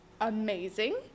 amazing